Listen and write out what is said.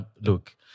look